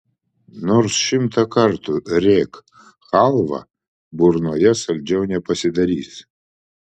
nors šimtą kartų rėk chalva burnoje saldžiau nepasidarys